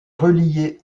reliée